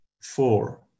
Four